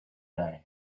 die